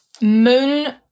Moon